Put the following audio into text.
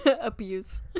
Abuse